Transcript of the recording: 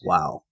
Wow